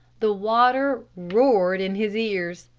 the water roared in his ears.